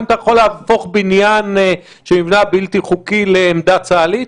האם אתה יכול להפוך בניין בלתי חוקי שנבנה לעמדה צה"לית?